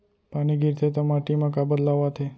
पानी गिरथे ता माटी मा का बदलाव आथे?